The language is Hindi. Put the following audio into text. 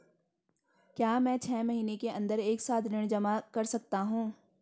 क्या मैं छः महीने के अन्दर एक साथ ऋण जमा कर सकता हूँ?